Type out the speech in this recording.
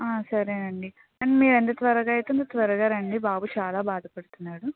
సరేనండి మ్యామ్ మీరు ఎంత త్వరగా అయితే మీరు త్వరగా రండి బాబు చాలా బాధపడుతున్నాడు